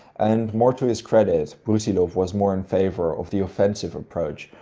and more to his credit, brusilov was more in favour of the offensive approach,